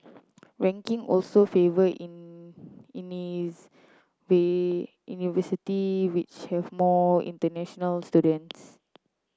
rankings also favour in university which have more international students